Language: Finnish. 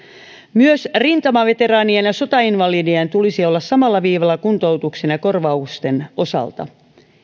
myös rintamaveteraanien ja sotainvalidien tulisi olla samalla viivalla kuntoutuksen ja korvausten osalta